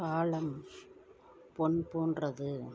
காலம் பொன் போன்றது